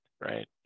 right